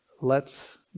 lets